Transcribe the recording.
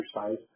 exercise